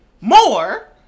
more